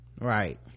right